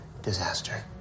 disaster